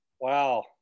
Wow